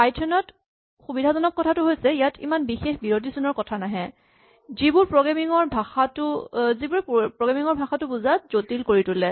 Python ত সুবিধাজনক কথাটো হৈছে ইয়াত ইমান বিশেষ বিৰতি চিনৰ কথা নাহে যিবোৰে প্ৰগ্ৰেমিং ৰ ভাষাটো বুজাত জটিল কৰি তোলে